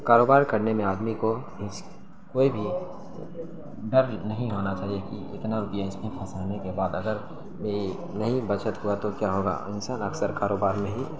کاروبار کرنے میں آدمی کو کوئی بھی ڈر نہیں ہونا چاہیے کہ اتنا روپیہ اس میں پھنسانے کے بعد اگر نہیں بچت ہوا تو کیا ہوگا انسان اکثر کاروبار میں ہی